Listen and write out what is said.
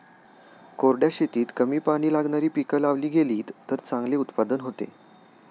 कोरड्या शेतीत कमी पाणी लागणारी पिकं लावली गेलीत तर चांगले उत्पादन होते